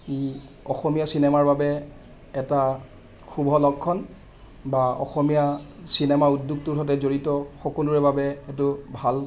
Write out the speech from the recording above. ই অসমীয়া চিনেমাৰ বাবে এটা শুভ লক্ষণ বা অসমীয়া চিনেমা উদ্যোগটোৰ সৈতে জড়িত সকলোৰে বাবে সেইটো ভাল